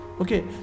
Okay